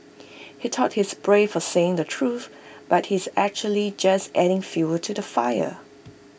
he thought he's brave for saying the truth but he's actually just adding fuel to the fire